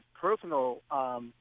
personal